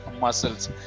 muscles